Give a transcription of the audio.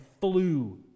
flew